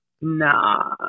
nah